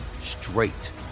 straight